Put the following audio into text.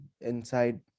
inside